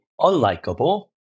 unlikable